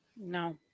No